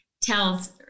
tells